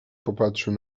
popatrzył